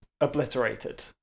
obliterated